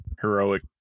heroic